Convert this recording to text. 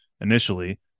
initially